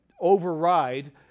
override